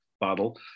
bottle